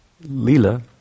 Lila